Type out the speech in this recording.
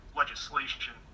legislation